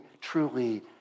truly